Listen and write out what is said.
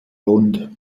grund